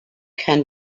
can